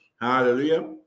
Hallelujah